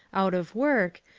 out of work,